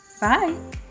Bye